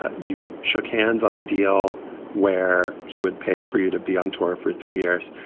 ah you shook hands on a deal where he would pay for you to be on tour for three years.